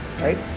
right